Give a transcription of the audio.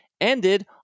ended